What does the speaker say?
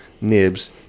nibs